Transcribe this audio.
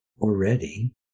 already